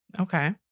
Okay